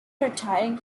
retiring